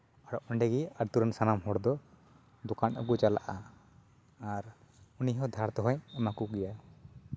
ᱟᱨ ᱚᱸᱰᱮᱜᱮ ᱟᱛᱳ ᱨᱮᱱ ᱥᱟᱱᱟᱢ ᱦᱚᱲ ᱫᱚ ᱫᱚᱠᱟᱱᱚᱜ ᱠᱚ ᱪᱟᱞᱟᱜᱼᱟ ᱟᱨ ᱩᱱᱤ ᱦᱚᱸ ᱫᱷᱟᱨ ᱛᱮᱦᱚᱸᱭ ᱮᱢᱟ ᱠᱚ ᱜᱮᱭᱟ